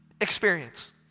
experience